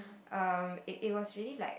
um it it was really like